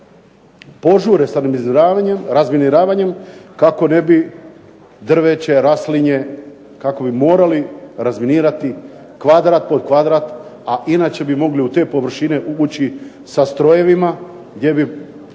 požure sa razminiravanjem kako ne bi drveće, raslinje, kako bi morali razminirati kvadrat po kvadrat, a inače bi mogli u te površine ući sa strojevima gdje bi